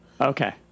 okay